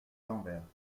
l’envers